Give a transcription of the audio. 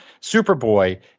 Superboy